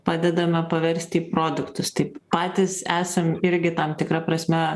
padedame paversti į produktus tai patys esam irgi tam tikra prasme